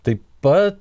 taip pat